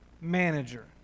manager